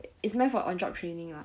it's meant for on job training lah